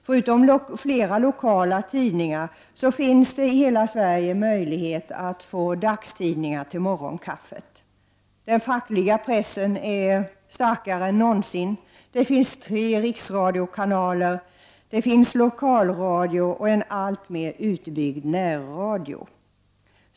Förutom flera lokala tidningar finns det i hela Sverige möjlighet att få dagstidningar till morgonkaffet. Den fackliga pressen är starkare än någonsin. Det finns tre riksradiokanaler. Det finns lokalradio och en alltmer utbyggd närradio.